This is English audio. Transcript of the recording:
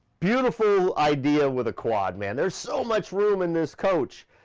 beautiful idea with the quad, man. there's so much room in this coach.